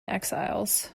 exiles